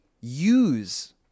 use